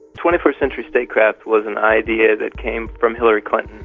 twenty first century statecraft was an idea that came from hillary clinton,